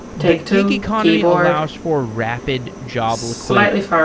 the gig economy allows for rapid job liquidity,